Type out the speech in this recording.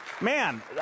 Man